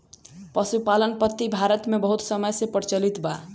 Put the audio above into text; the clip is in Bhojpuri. पशुपालन पद्धति भारत मे बहुत समय से प्रचलित बा